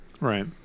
Right